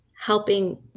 helping